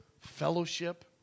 fellowship